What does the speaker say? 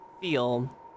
feel